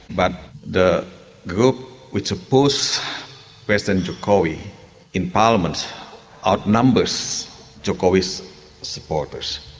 but the group which oppose president jokowi in parliament out numbers jokowi's supporters.